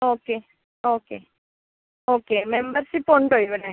okay okay okay membership ഉണ്ടോ ഇവിടെ